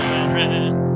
address